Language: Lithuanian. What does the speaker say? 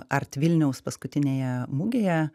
art vilniaus paskutinėje mugėje